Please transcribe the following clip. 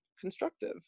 constructive